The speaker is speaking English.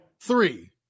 Three